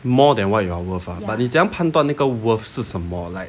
more than what you are worth ah but 你怎样判断那个 worth 是什么 like